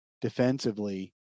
defensively